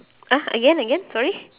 uh again again sorry